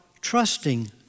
trusting